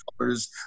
colors